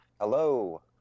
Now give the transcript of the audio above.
Hello